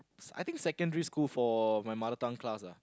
I think secondary school for my mother tongue class ah